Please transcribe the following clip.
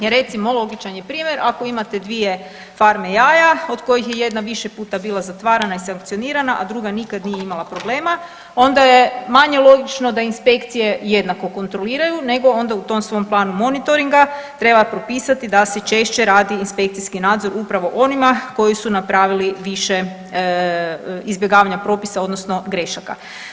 Jer recimo, logičan je primjer ako imate 2 farme jaja, od kojih je jedna više puta bila zatvarana i sankcioniranja, a druga nikad nije imala problema, onda je manje logično da inspekcije jednako kontroliraju, nego onda u tom svom planu monitoringa treba propisati da se češće radi inspekcijski nadzor upravo onima koji su napravili više izbjegavanja propisa odnosno grešaka.